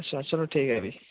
अच्छा चलो ठीक ऐ फ्ही